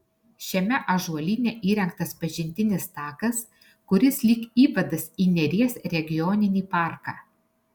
šiame ąžuolyne įrengtas pažintinis takas kuris lyg įvadas į neries regioninį parką